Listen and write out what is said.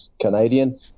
Canadian